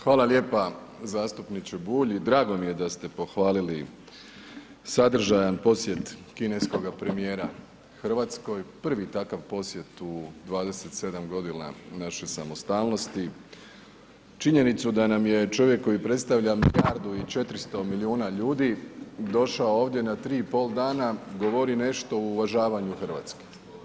Hvala lijepa zastupniče Bulj i drago mi je da ste pohvalili sadržajan posjet kineskoga premijera Hrvatskoj, prvi takav posjet u 27 u našoj samostalnosti, činjenicu da nam je čovjek koji predstavlja milijardu i 400 milijuna ljudi došao ovdje na 3 i pol dana govori nešto o uvažavanju Hrvatske.